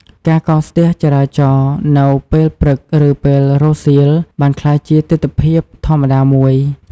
ការកកស្ទះចរាចរណ៍នៅពេលព្រឹកឬពេលរសៀលបានក្លាយជាទិដ្ឋភាពធម្មតាមួយ។